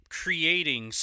creating